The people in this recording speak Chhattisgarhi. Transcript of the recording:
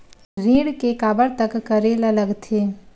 ऋण के काबर तक करेला लगथे?